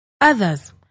Others